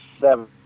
seven